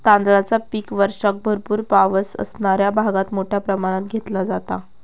तांदळाचा पीक वर्षाक भरपूर पावस असणाऱ्या भागात मोठ्या प्रमाणात घेतला जाता